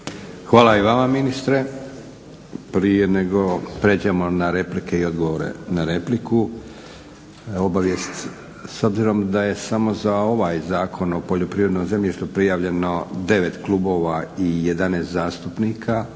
Hvala i vama ministre. Prije nego pređemo na replike i odgovore na repliku, obavijest, s obzirom da je samo za ovaj Zakon o poljoprivrednom zemljištu prijavljeno 9 klubova i 11 zastupnika,